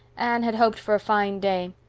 anne had hoped for a fine day.